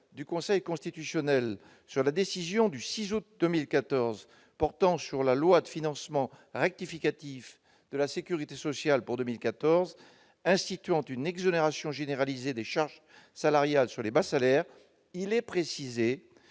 du Conseil constitutionnel sur la décision du 6 août 2014 portant sur la loi de financement rectificative de la sécurité sociale pour 2014 instituant une exonération généralisée des charges salariales sur les bas salaires, il est précisé